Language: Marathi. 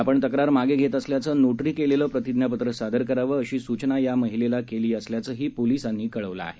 आपण तक्रार मागे घेत असल्याचं नोटरी केलेलं प्रतिज्ञापत्र सादर करावं अशी सूचना या महिलेला केली असल्याचंही पोलीसांनी सांगितलं आहे